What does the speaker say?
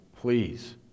Please